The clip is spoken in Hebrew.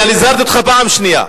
אני קורא לך פעם שנייה.